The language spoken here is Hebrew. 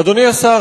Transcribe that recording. אדוני השר,